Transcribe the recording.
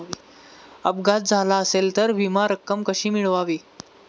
अपघात झाला असेल तर विमा रक्कम कशी मिळवावी?